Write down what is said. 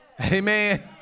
amen